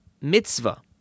mitzvah